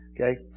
Okay